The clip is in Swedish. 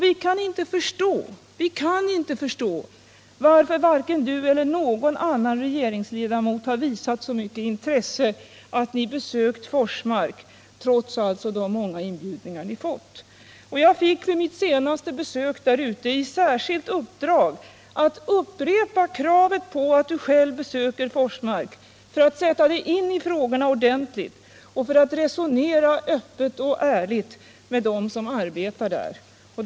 Vi kan inte förstå att vare sig du eller någon annan regeringsledamot, trots att ni fått så många inbjudningar, inte har visat så mycket intresse att ni besökt Forsmark. Vid mitt senaste besök där fick jag i särskilt uppdrag att upprepa kravet på att du besöker Forsmark för att sätta dig in i frågorna ordentligt och för att öppet och ärligt resonera med dem som arbetar där.